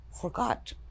forgot